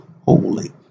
holy